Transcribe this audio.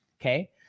Okay